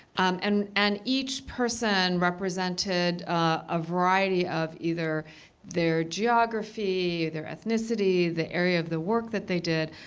um and and each person represented a variety of either their geography, their ethnicity, the area of the work that they did,